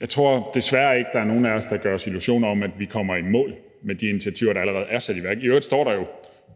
Jeg tror desværre ikke, at der er nogen af os, der gør os illusioner om, at vi kommer i mål med de initiativer, der allerede er sat i værk. I øvrigt står der jo